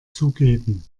zugeben